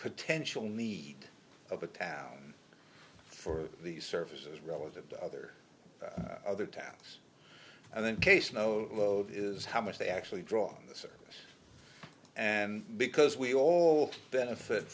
potential of a town for these services relative to other other tasks and then case no load is how much they actually draw on the service and because we all benefit